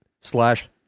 slash